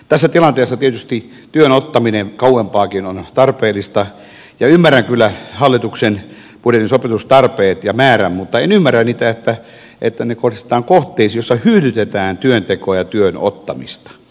tässä tilanteessa tietysti työn ottaminen kauempaakin on tarpeellista ja ymmärrän kyllä hallituksen budjetin sopeutustarpeet ja määrän mutta en ymmärrä että ne kohdistetaan kohteisiin joissa hyydytetään työntekoa ja työn ottamista